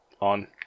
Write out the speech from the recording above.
on